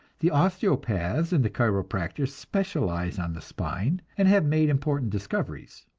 the osteopaths and the chiropractors specialize on the spine, and have made important discoveries.